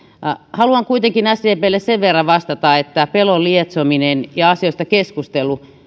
haluan kuitenkin sdplle sen verran vastata että pelon lietsominen ja asioista keskustelu